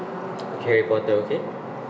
harry potter okay